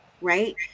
right